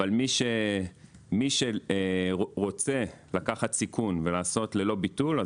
אבל מי שרוצה לקחת סיכון ולהזמין ללא ביטול,